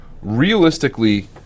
realistically